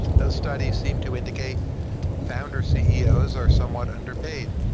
those studies seem to indicate founder ceos are somewhat underpaid.